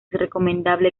recomendable